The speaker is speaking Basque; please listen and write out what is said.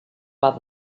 bat